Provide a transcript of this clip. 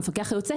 המפקח היוצא,